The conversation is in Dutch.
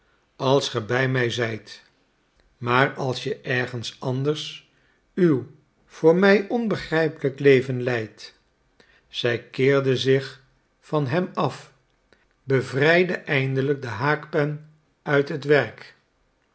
als ge bij mij zijt maar als je ergens anders uw voor mij onbegrijpelijk leven leidt zij keerde zich van hem af bevrijdde eindelijk de haakpen uit het werk